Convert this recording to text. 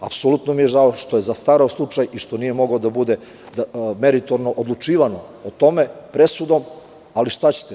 Apsolutno mi je žao što je zastareo slučaj i što nije moglo da bude meritorno odlučivano o tome, ali šta ćete.